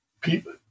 people